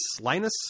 Linus